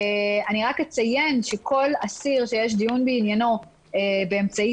אציין שכל אסיר שיש דיון בעניינו באמצעי